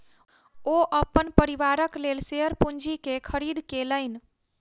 ओ अपन परिवारक लेल शेयर पूंजी के खरीद केलैन